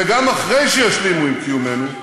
וגם אחרי שישלימו עם קיומנו,